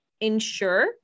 ensure